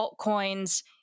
altcoins